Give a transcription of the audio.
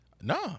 no